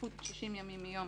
חלפו 90 ימים מיום